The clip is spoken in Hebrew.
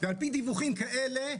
ולפי דיווחים כאלה,